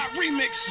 remix